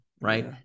right